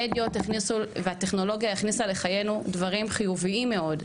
המדיות והטכנולוגיה הכניסו לחיינו דברים חיוביים מאוד,